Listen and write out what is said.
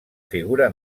figura